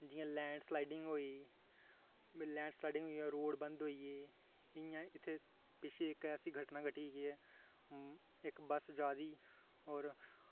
जि'यां land sliding होई गेई लैंड स्लाइडिंग होई गेई रोड बंद होई गे इ'यां पिच्छें इक ऐसी घटना घटी जे इक बस्स जा दी और